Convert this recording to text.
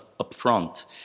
upfront